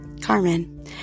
Carmen